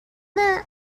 that